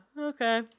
Okay